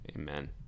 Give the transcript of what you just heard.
Amen